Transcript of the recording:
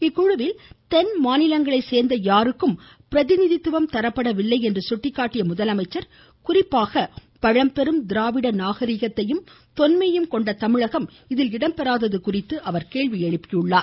இக்குழுவில் தென் மாநிலங்களை சேர்ந்த யாருக்கும் பிரதிநிதித்துவம் தரப்படவில்லை என்று சுட்டிகாட்டிய முதலமைச்சர் குறிப்பாக பழம்பெரும் திராவிட நாகரீகத்தையும் தொன்மையையும் கொண்ட தமிழகம் இதில் இடம்பெறாதது குறித்து அவர் கேள்வி எழுப்பியுள்ளார்